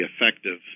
effective